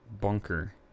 bunker